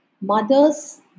mother's